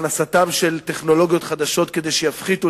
ועל הכנסתן של טכנולוגיות חדשות כדי שיפחיתו